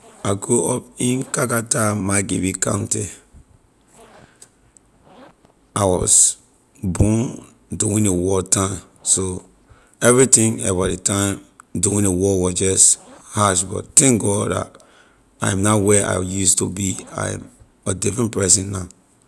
I grow up in kakata, margibi county I was born during the war time so everything about ley time during the war was just hard but thank god la i’m not where I use to be I am a different person now.